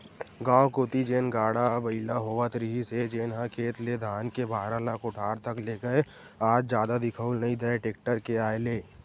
गाँव कोती जेन गाड़ा बइला होवत रिहिस हे जेनहा खेत ले धान के भारा ल कोठार तक लेगय आज जादा दिखउल नइ देय टेक्टर के आय ले